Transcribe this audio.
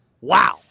Wow